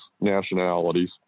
nationalities